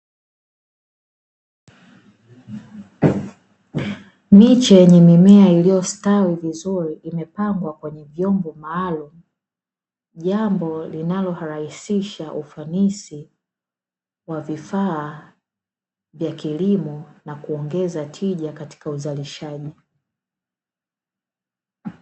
Miche yenye mimea iliyostawi vizuri, imepangwa kwenye vyombo maalumu, jambo linalorahisisha ufanisi wa vifaa vya kilimo na kuongeza tija katika uzalishaji.